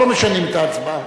ורק לא משנים את ההצבעה.